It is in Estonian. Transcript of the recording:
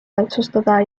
otsustada